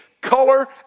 color